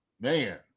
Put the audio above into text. man